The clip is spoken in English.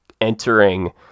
entering